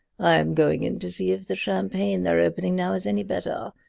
i am going in to see if the champagne they're opening now is any better.